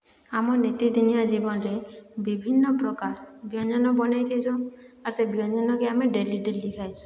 ଆମ ନୀତି ଦିନିଆ ଜୀବନରେ ବିଭିନ୍ନ ପ୍ରକାର ବ୍ୟଞ୍ଜନ ବନେଇ ଥାଇସନ୍ ଆର୍ ସେ ବ୍ୟଞ୍ଜନକେ ଆମେ ଡେଲି ଡେଲି ଖାଇସୁଁ